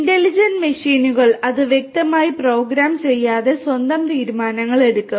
intelligent മെഷീനുകൾ അത് വ്യക്തമായി പ്രോഗ്രാം ചെയ്യാതെ സ്വന്തം തീരുമാനങ്ങൾ എടുക്കും